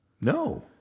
No